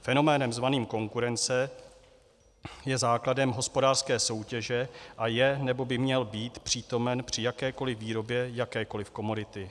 Fenomén zvaný konkurence je základem hospodářské soutěže a je, nebo by měl být, přítomen při jakékoliv výrobě jakékoliv komodity.